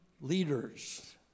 leaders